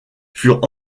furent